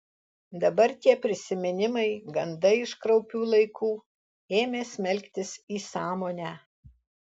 dabar tie prisiminimai gandai iš kraupių laikų ėmė smelktis į sąmonę